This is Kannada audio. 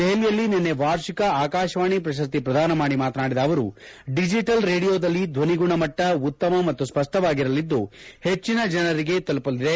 ದೆಹಲಿಯಲ್ಲಿ ನಿನ್ನೆ ವಾರ್ಷಿಕ ಆಕಾಶವಾಣಿ ಪ್ರಶಸ್ತಿ ಪ್ರದಾನ ಮಾದಿ ಮಾತನಾದಿದ ಅವರು ದಿಜಿಟಲ್ ರೇಡಿಯೋದಲ್ಲಿ ಧ್ಯನಿ ಗುಣಮಟ್ಟ ಉತ್ತಮ ಮತ್ತು ಸ್ವಷ್ಪವಾಗಿರಲಿದ್ದು ಹೆಚ್ಚಿನ ಜನರಿಗೆ ತಲುಪಲಿದೆ